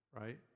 Right